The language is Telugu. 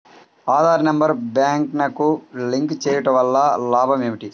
ఆధార్ నెంబర్ బ్యాంక్నకు లింక్ చేయుటవల్ల లాభం ఏమిటి?